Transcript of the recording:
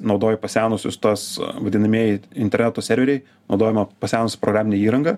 naudoji pasenusius tas vadinamieji interneto serveriai naudojama pasenusi programinė įranga